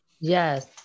Yes